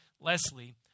Leslie